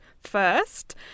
first